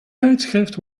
tijdschrift